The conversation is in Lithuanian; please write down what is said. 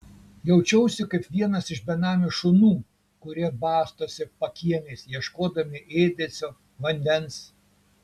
jaučiausi kaip vienas iš benamių šunų kurie bastosi pakiemiais ieškodami ėdesio vandens